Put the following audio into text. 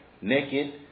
naked